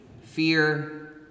fear